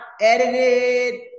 edited